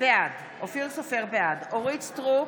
בעד אורית מלכה סטרוק,